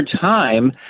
time